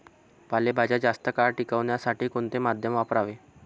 पालेभाज्या जास्त काळ टिकवण्यासाठी कोणते माध्यम वापरावे?